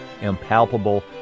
impalpable